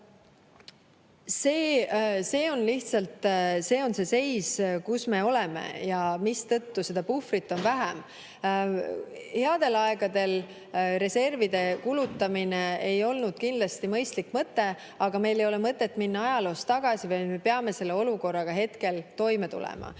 See on lihtsalt see seis, kus me oleme ja mistõttu seda puhvrit on vähem. Headel aegadel reservide kulutamine ei olnud kindlasti mõistlik mõte, aga meil ei ole mõtet minna ajaloos tagasi, me peame selle olukorraga hetkel toime tulema.